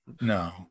No